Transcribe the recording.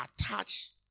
attach